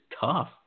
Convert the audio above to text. tough